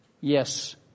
yes